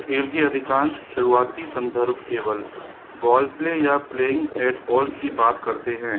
खेल के अधिकांश शुरुआती संदर्भ केवल बॉल प्ले या प्लेइंग एट बॉल की बात करते हैं